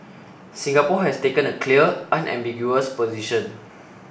Singapore has taken a clear unambiguous position